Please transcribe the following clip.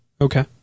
Okay